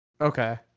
Okay